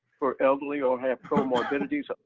for elderly or have pro morbidities,